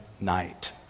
night